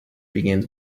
begins